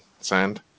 sand